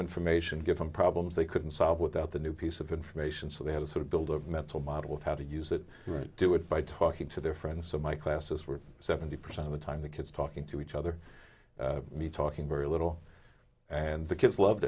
information given problems they couldn't solve without the new piece of information so they had to sort of build a mental model of how to use it or do it by talking to their friends so my classes were seventy percent of the time the kids talking to each other talking very little and the kids loved